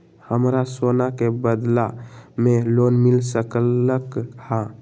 हमरा सोना के बदला में लोन मिल सकलक ह?